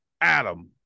Adam